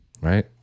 right